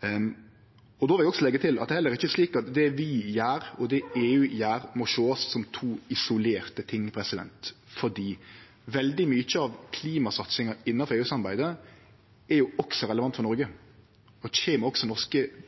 Då vil eg også leggje til at det heller ikkje er slik at det vi gjer, og det EU gjer, må sjåast som to isolerte ting, for veldig mykje av klimasatsinga innanfor EU-samarbeidet er også relevant for Noreg og kjem også norske